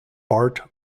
bart